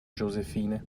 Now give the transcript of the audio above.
josephine